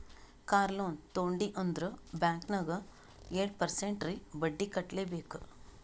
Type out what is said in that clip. car loan ತೊಂಡಿ ಅಂದುರ್ bank ನಾಗ್ ಏಳ್ ಪರ್ಸೆಂಟ್ರೇ ಬಡ್ಡಿ ಕಟ್ಲೆಬೇಕ್